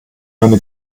meine